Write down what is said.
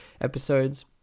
episodes